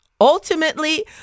Ultimately